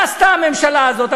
מה עשתה הממשלה הזאת?